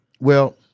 Well-